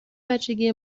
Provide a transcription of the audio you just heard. بچگی